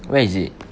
where is it